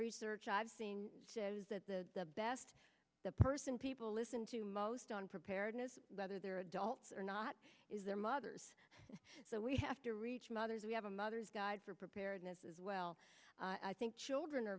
research i've seen the best the person people listen to most on preparedness whether they are adults or not is their mothers so we have to reach mothers we have a mother's guide for preparedness as well i think children are